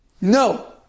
no